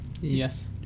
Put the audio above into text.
Yes